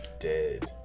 dead